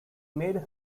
made